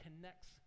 connects